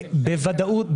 בוודאות,